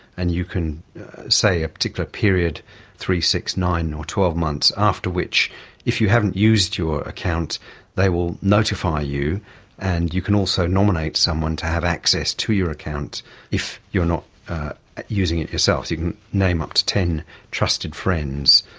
and you can say a particular period three, six, nine or twelve months after which if you haven't used your account they will notify you and you can also nominate someone to have access to your account if you are not using it yourself. so you can name up to ten trusted friends,